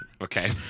Okay